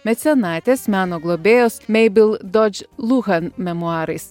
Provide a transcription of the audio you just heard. mecenatės meno globėjos meibel dodž luchan memuarais